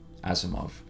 Asimov